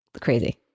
crazy